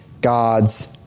God's